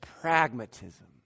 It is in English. pragmatism